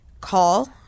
call